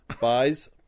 buys